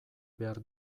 behar